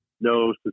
no